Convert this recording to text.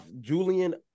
Julian